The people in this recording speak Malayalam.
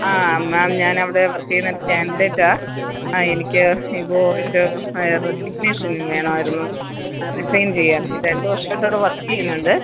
ആ മാം ഞാനവിടെ വര്ക്കീയ്യുന്നൊരു കാന്ഡിഡേറ്റാണ് ആ എനിക്ക് ഇപ്പോള് ഒരു റെ റെസിഗ്നേഷന് വേണമായിരുന്നു ആ റിസൈന് ചെയ്യാന് രണ്ടു വര്ഷമായിട്ട് അവിടെ വര്ക്കീയ്യുന്നുണ്ട്